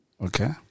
Okay